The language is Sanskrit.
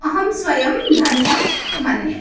अहं स्वयं धन्यं मन्ये